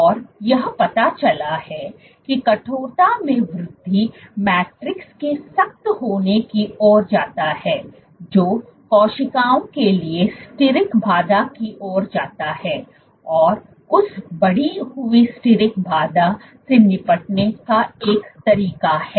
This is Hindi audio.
और यह पता चला है कि कठोरता में वृद्धि मैट्रिक्स के सख्त होने की ओर जाता है जो कोशिकाओं के लिए स्टिरिक बाधा की ओर जाता है और उस बढ़ी हुई स्टिरिक बाधा से निपटने का एक तरीका है